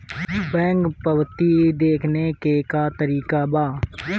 Bank पवती देखने के का तरीका बा?